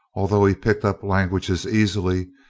although he picked up languages easily,